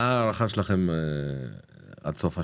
מה ההערכה שלכם עד סוף השנה?